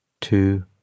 two